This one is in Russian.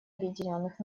объединенных